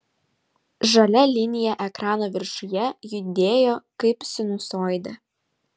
žalia linija ekrano viršuje judėjo kaip sinusoidė